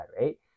right